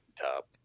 Top